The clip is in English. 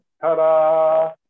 Ta-da